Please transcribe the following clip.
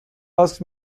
ask